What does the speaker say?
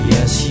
Yes